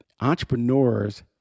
Entrepreneurs